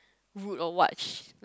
road or wash